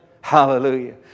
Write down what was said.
Hallelujah